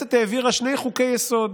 הכנסת העבירה שני חוקי-היסוד